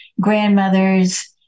grandmothers